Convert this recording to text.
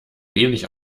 wenig